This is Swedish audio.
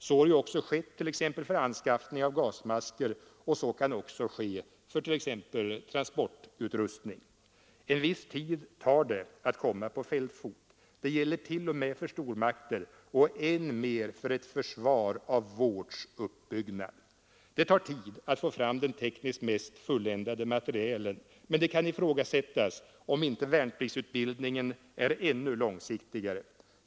Så har ju också skett t.ex. för anskaffning av gasmasker, och så kan även ske för t.ex. transportutrustning. En viss tid tar det att komma på fältfot. Detta gäller t.o.m. för stormakter och än mer för ett försvar med den uppbyggnad som vårt försvar har. Det tar tid att få fram den tekniskt mest fulländade materielen, men man kan ifrågasätta om inte värnpliktsutbildningen är ännu långsiktigare.